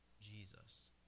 Jesus